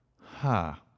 ha